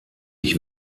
ich